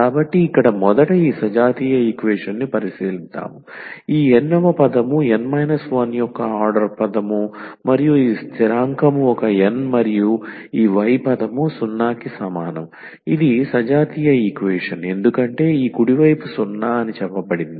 కాబట్టి ఇక్కడ మొదట ఈ సజాతీయ ఈక్వేషన్ని పరిశీలిద్దాం ఈ n వ పదం n 1 వ ఆర్డర్ పదం మరియు ఈ స్థిరాంకం ఒక n మరియు ఈ y పదం 0 కి సమానం ఇది సజాతీయ ఈక్వేషన్ ఎందుకంటే ఈ కుడి వైపు 0 అని చెప్పబడింది